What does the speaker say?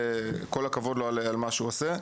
באמת נכנס לעומק הנושא הזה וכל הכבוד לו על מה שהוא עושה.